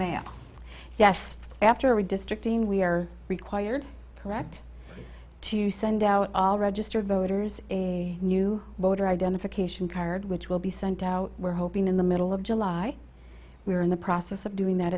mail yes after a district team we are required correct to send out all registered voters a new voter identification card which will be sent out we're hoping in the middle of july we are in the process of doing that